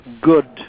good